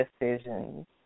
decisions